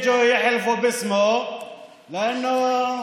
(אומר בערבית: